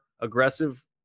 aggressive